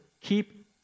keep